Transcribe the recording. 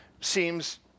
seems